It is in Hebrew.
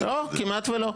לא כמעט ולא.